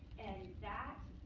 and that,